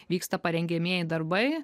vyksta parengiamieji darbai